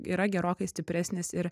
yra gerokai stipresnis ir